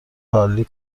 پارلی